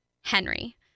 Henry